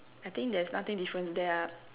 I think there's nothing different with that ah